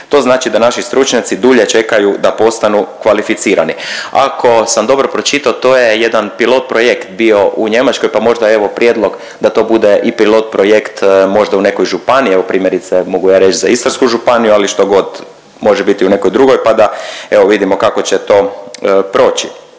To znači da naši stručnjaci dulje čekaju da postanu kvalificirani. Ako sam dobro pročito to je jedan pilot projekt bio u Njemačkoj pa možda evo prijedlog da bude i pilot projekt možda u nekoj županiji, evo primjerice mogu ja reć za Istarsku županiju, ali štogod može biti u nekoj drugoj pa da evo vidimo kako će to proći.